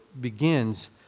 begins